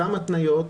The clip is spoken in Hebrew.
אותן התניות,